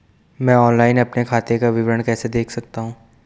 मैं ऑनलाइन अपने खाते का विवरण कैसे देख सकता हूँ?